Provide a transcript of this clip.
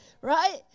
right